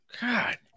God